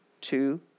two